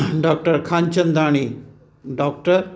doctor Khanchandani doctor